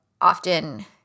often –